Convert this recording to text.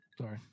sorry